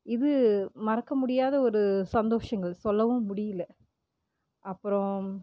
இது மறக்க முடியாத ஒரு சந்தோஷங்கள் சொல்லவும் முடியல அப்புறம்